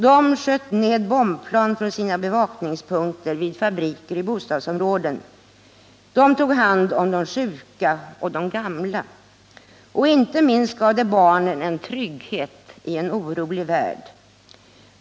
De sköt ned bombplan från sina bevakningspunkter vid fabriker och i bostadsområden, de tog hand om de sjuka och de gamla. Och inte minst gav de barnen en trygghet i en orolig värld.